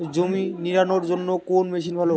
জমি নিড়ানোর জন্য কোন মেশিন ভালো?